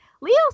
Leo